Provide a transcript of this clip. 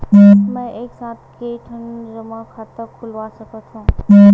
मैं एक साथ के ठन जमा खाता खुलवाय सकथव?